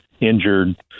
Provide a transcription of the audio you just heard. injured